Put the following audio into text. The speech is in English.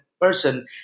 person